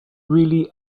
really